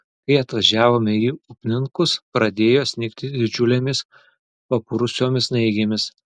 kai atvažiavome į upninkus pradėjo snigti didžiulėmis papurusiomis snaigėmis